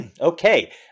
Okay